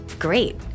great